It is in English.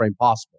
possible